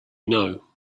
know